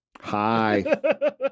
Hi